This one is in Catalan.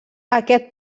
aquest